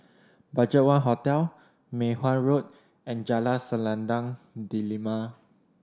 BudgetOne Hotel Mei Hwan Road and Jalan Selendang Delima